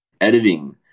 editing